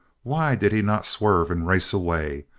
why did he not swerve and race away?